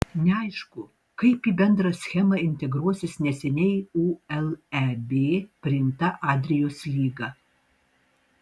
neaišku kaip į bendrą schemą integruosis neseniai į uleb priimta adrijos lyga